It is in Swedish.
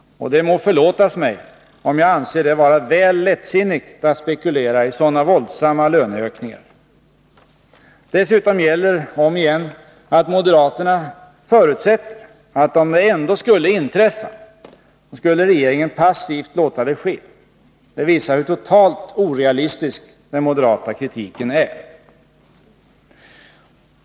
Det må förlåtas mig, om jag anser det vara väl lättsinnigt att spekulera i sådana våldsamma löneökningar. Dessutom gäller, om igen, att moderaterna förutsätter, att om detta ändå skulle inträffa, så skulle regeringen passivt låta det ske. Det visar hur totalt orealistisk den moderata kritiken är.